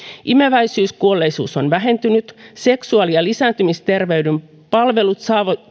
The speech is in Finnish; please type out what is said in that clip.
imeväiskuolleisuus on vähentynyt seksuaali ja lisääntymisterveyden palvelut